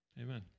amen